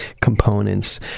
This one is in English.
components